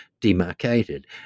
demarcated